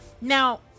Now